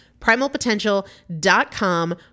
Primalpotential.com